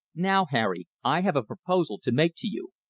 now, harry, i have a proposal to make to you.